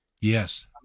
Yes